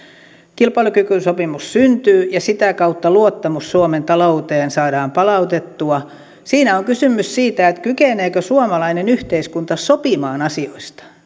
kilpailukykysopimus syntyy ja sitä kautta luottamus suomen talouteen saadaan palautettua siinä on kysymys siitä kykeneekö suomalainen yhteiskunta sopimaan asioista